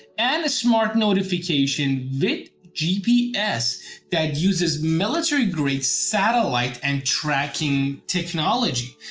and a smart notification that gps that uses military grade satellite and tracking technology.